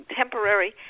temporary